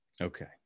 okay